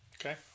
Okay